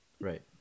Right